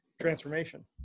transformation